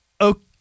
okay